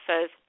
says